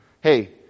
hey